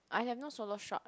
I have no solo shot